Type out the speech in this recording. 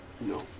No